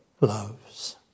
loves